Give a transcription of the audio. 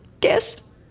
Guess